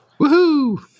Woohoo